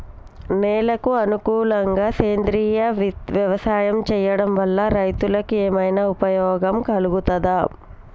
నేలకు అనుకూలంగా సేంద్రీయ వ్యవసాయం చేయడం వల్ల రైతులకు ఏమన్నా ఉపయోగం కలుగుతదా?